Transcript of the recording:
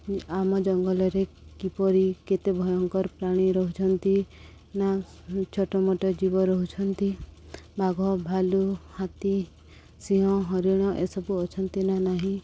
ଆମ ଜଙ୍ଗଲରେ କିପରି କେତେ ଭୟଙ୍କର ପ୍ରାଣୀ ରହୁଛନ୍ତି ନା ଛୋଟମୋଟ ଜୀବ ରହୁଛନ୍ତି ବାଘ ଭାଲୁ ହାତୀ ସିଂହ ହରିଣ ଏସବୁ ଅଛନ୍ତି ନା ନାହିଁ